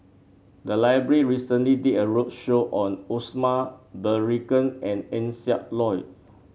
the library recently did a roadshow on Osman Merican and Eng Siak Loy